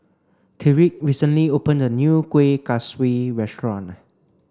Tyreek recently opened a new Kuih Kaswi restaurant